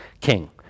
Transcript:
king